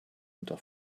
unter